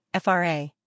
FRA